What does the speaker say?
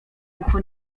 ucho